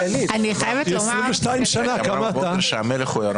אז אני עושה בדיוק אותו דבר.